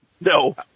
No